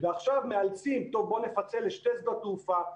ועכשיו מאלצים, טוב, בוא נפצל לשני שדות תעופה.